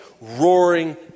roaring